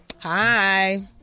hi